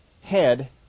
head